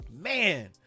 man